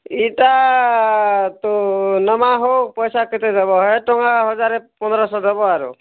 ଇଟା ତ ନେମା ହୋ ପଇସା କେତେ ଦେବ ହେ ଟଙ୍କା ହଜାର ପନ୍ଦରଶହ ଦେବ ଆରୁ